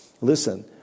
Listen